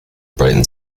brighton